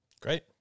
Great